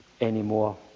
anymore